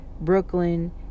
Brooklyn